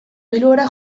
bilbora